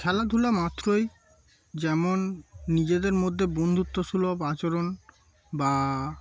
খেলাধুলা মাত্রই যেমন নিজেদের মধ্যে বন্ধুত্ব সুলভ আচরণ বা